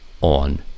on